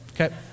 okay